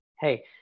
Hey